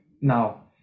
now